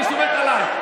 אני סומך עלייך.